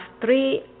three